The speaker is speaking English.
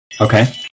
Okay